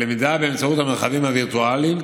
ולקיים את הלמידה באמצעות המרחבים הווירטואליים.